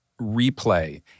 replay